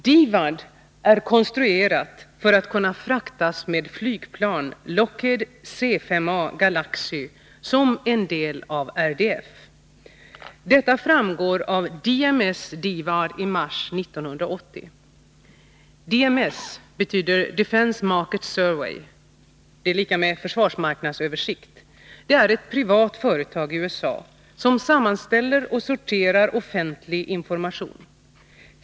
DIVAD är konstruerat för att kunna fraktas med flygplanet Lockheed C-5 A Galaxy som en del av RDF. Detta framgår av DMS DIVAD i mars 1980. DMS — det betyder försvarsmarknadsöversikt — är ett privat företag i USA som sammanställer och sorterar offentlig information.